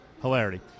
Hilarity